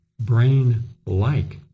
brain-like